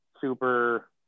super